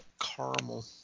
Caramel